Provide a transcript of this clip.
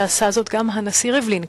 ועשה זאת גם הנשיא ריבלין,